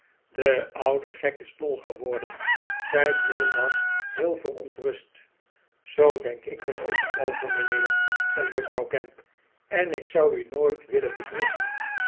de oude gek is dol geworden zei jonas heel verontrust zoo denk ik er ook over mijnheer zei juffrouw gamp en ik zou u nooit willen bedriegen